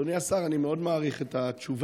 אדוני השר, אני מאוד מעריך את התשובה,